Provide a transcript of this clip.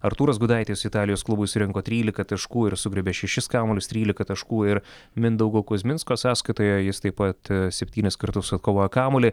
artūras gudaitis italijos klubui surinko trylika taškų ir sugriebė šešis kamuolius trylika taškų ir mindaugo kuzminsko sąskaitoje jis taip pat septynis kartus atkovojo kamuolį